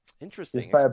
Interesting